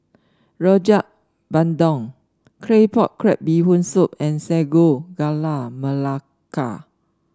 Rojak Bandung Claypot Crab Bee Hoon Soup and Sago Gula Melaka